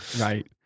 right